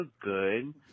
good